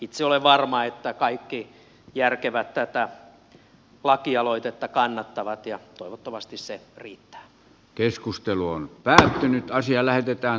itse olen varma että kaikki järkevät tätä lakialoitetta kannattavat ja toivottavasti se riittää keskustelua on päätynyt asia lähetetään